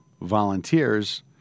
volunteers